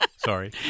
Sorry